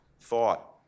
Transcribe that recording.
thought